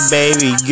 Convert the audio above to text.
baby